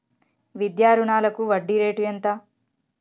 విద్యా రుణాలకు వడ్డీ రేటు ఎంత?